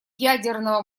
ядерного